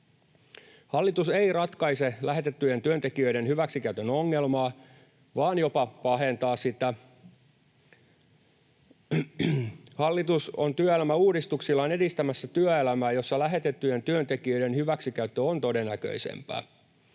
Hallitus ei ratkaise lähetettyjen työntekijöiden hyväksikäytön ongelmaa vaan jopa pahentaa sitä. Hallitus on työelämäuudistuksillaan edistämässä työelämää, jossa lähetettyjen työntekijöiden hyväksikäyttö on todennäköisempää.